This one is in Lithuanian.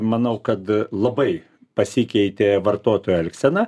manau kad labai pasikeitė vartotojų elgsena